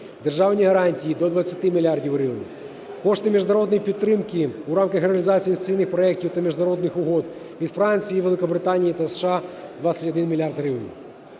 державні гарантії – до 20 мільярдів гривень. Кошти міжнародної підтримки у рамках реалізації інвестиційних проектів та міжнародних угод від Франції, Великобританії та США – 21 мільярд